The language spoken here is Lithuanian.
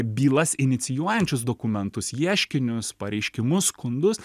bylas inicijuojančius dokumentus ieškinius pareiškimus skundus